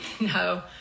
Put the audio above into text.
no